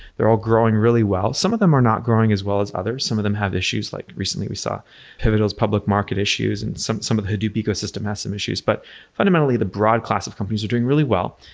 they're all growing really well. some of them are not growing as well as others. some of them have issues, like recently we saw pivotal's public market issues and some some of hadoop ecosystem has some issues. but fundamentally, the broad class of companies are doing really well,